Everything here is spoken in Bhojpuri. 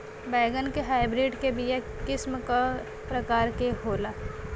बैगन के हाइब्रिड के बीया किस्म क प्रकार के होला?